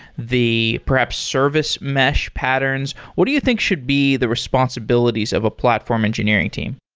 the, perhaps, service mesh patterns. what do you think should be the responsibilities of a platform engineering team?